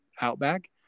outback